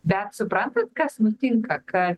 bet suprantat kas nutinka kad